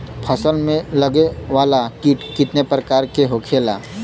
फसल में लगे वाला कीट कितने प्रकार के होखेला?